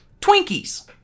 Twinkies